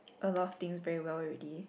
a lot of things very well already